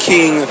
King